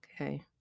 okay